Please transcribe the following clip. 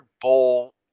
bowl